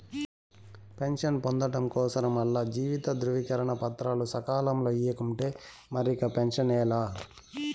pension పొందడం కోసరం ఆల్ల జీవిత ధృవీకరన పత్రాలు సకాలంల ఇయ్యకుంటే మరిక పెన్సనే లా